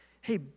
hey